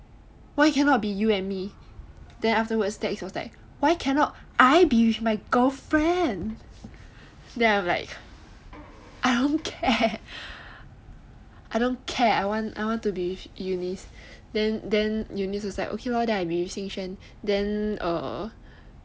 why cannot be you and me then afterwards dex why cannot I be with my girlfriend then I'm like I don't care I don't care I want I want to be with eunice then eunice was like okay lor I be with jing xuan then err